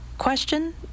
question